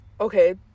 Okay